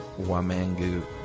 Wamangu